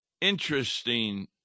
interesting